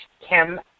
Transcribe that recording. Kim